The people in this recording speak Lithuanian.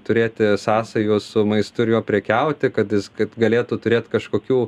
turėti sąsajų su maistu ir juo prekiauti kad jis kad galėtų turėt kažkokių